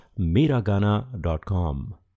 Miragana.com